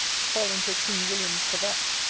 fall into a king-william's cravat,